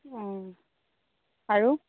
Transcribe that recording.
অঁ আৰু